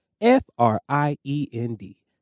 F-R-I-E-N-D